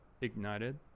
ignited